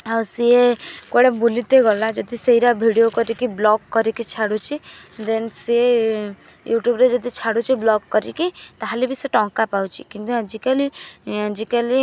ଆଉ ସିଏ କୁଆଡ଼େ ବୁଲିତେ ଗଲା ଯଦି ସେଇରା ଭିଡ଼ିଓ କରିକି ବ୍ଲଗ୍ କରିକି ଛାଡ଼ୁଛି ଦେନ୍ ସିଏ ୟୁଟ୍ୟୁବରେ ଯଦି ଛାଡ଼ୁଛି ବ୍ଲଗ୍ କରିକି ତା'ହେଲେ ବି ସେ ଟଙ୍କା ପାଉଛି କିନ୍ତୁ ଆଜିକାଲି ଆଜିକାଲି